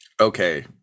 Okay